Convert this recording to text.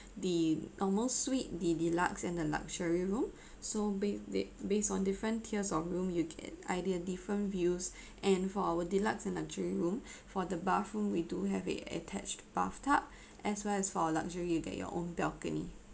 the almost suite the deluxe and the luxury room so ba~ they based on different tiers of room you can either a different views and for our deluxe and luxury room for the bathroom we do have a attached bathtub as well as for luxury you get your own balcony